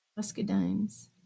Muscadines